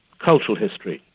cultural history.